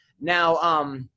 Now